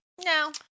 no